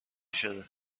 شده